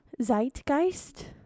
zeitgeist